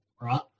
right